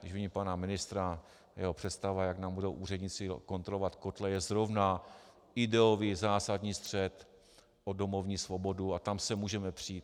Když vidím pana ministra, a jeho představa, jak nám budou jeho úředníci kontrolovat kotle, je zrovna ideový zásadní střet o domovní svobodu a tam se můžeme přít.